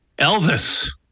Elvis